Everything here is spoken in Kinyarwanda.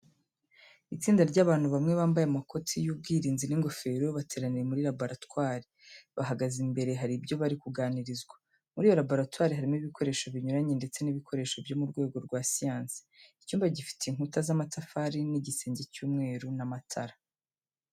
Itsinda ry'abantu bamwe bambaye amakoti y'ubwirinzi n'ingofero, bateraniye muri laboratwari. Bahagaze imbere hari ibyo bari kugaragarizwa, muri iyo laboratwari harimo ibikoresho binyuranye ndetse n'ibikoresho byo mu rwego rwa siyansi. Icyumba gifite inkuta z'amatafari n'igisenge cy'umweru n'amatara.